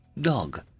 dog